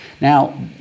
Now